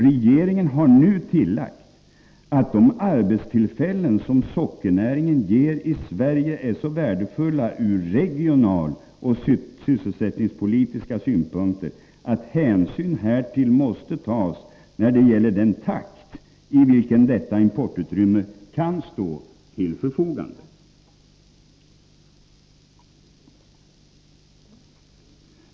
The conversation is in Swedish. Regeringen har nu tillagt att de arbetstillfällen som sockernäringen ger i Sverige är så värdefulla ur regionalpolitiska och sysselsättningspolitiska synpunkter att hänsyn härtill måste tas när det gäller den takt i vilken detta importutrymme kan ställas till förfogande.